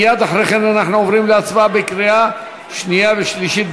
מייד אחרי כן אנחנו עוברים להצבעה בקריאה שנייה ושלישית.